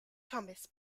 thomas